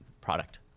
product